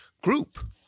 group